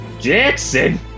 Jackson